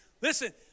Listen